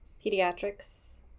pediatrics